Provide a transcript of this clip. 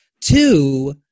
Two